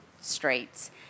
streets